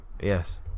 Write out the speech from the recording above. Yes